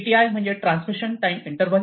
TTI म्हणजे transmission time interval